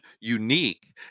unique